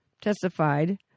testified